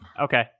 Okay